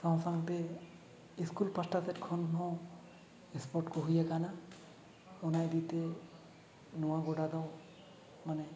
ᱥᱟᱶᱼᱥᱟᱶᱛᱮ ᱤᱥᱠᱩᱞ ᱯᱟᱥᱴᱟ ᱥᱮᱫ ᱠᱷᱚᱱ ᱦᱚᱸ ᱥᱯᱚᱴ ᱠᱚ ᱦᱩᱭᱟᱠᱟᱱᱟ ᱚᱱᱟ ᱤᱫᱤᱛᱮ ᱱᱚᱣᱟ ᱜᱚᱰᱟ ᱫᱚ ᱢᱟᱱᱮ